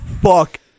fuck